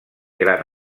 gran